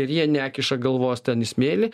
ir jie nekiša galvos ten į smėlį